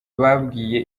babwiye